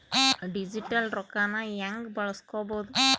Digital ರೊಕ್ಕನ ಹ್ಯೆಂಗ ಬಳಸ್ಕೊಬೊದು?